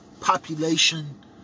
population